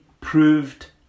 proved